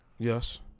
Yes